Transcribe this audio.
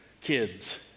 kids